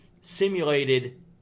simulated